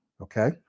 Okay